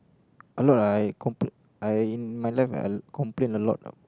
a lot I complain I in my life I complain a lot